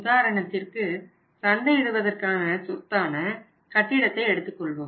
உதாரணத்திற்கு சந்தையிடுவதற்கான சொத்தான கட்டிடத்தை எடுத்துக்கொள்வோம்